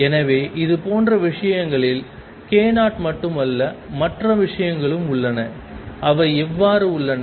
எனவே இதுபோன்ற விஷயங்களில் k நாட் மட்டுமல்ல மற்ற விஷயங்களும் உள்ளன அவை எவ்வாறு உள்ளன